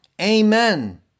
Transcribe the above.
Amen